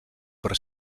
però